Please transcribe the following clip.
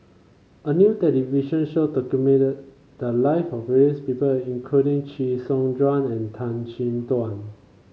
a new television show documented the live of various people including Chee Soon Juan and Tan Chin Tuan